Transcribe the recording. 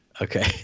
Okay